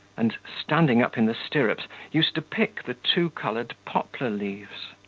and, standing up in the stirrups, used to pick the two-coloured poplar leaves.